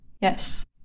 yes